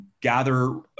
gather